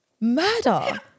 murder